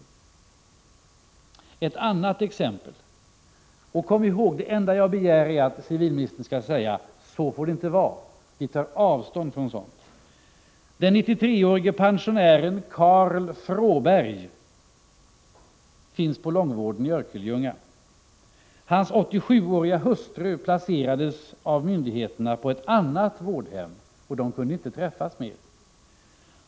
Jag vill ge ett annat exempel, och kom ihåg att det enda jag begär är att civilministern skall säga: Så får det inte vara. Vi tar avstånd från sådant. Den 93-årige pensionären Karl Fråberg finns på långvården i Örkelljunga. Hans 87-åriga hustru placerades av myndigheterna på ett annat vårdhem, och makarna kunde inte träffas mer.